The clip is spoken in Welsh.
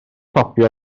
copi